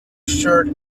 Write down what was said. shirt